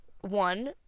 one